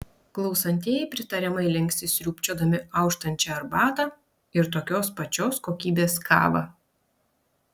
klausantieji pritariamai linksi sriūbčiodami auštančią arbatą ir tokios pačios kokybės kavą